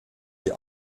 die